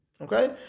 Okay